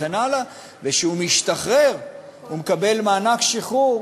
כשהוא משתחרר הוא מקבל מענק שחרור